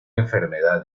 enfermedad